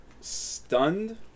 stunned